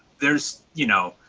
there is, you know,